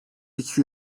iki